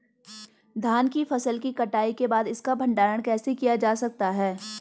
धान की फसल की कटाई के बाद इसका भंडारण कैसे किया जा सकता है?